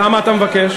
למה אתה מבקש?